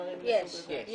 יש.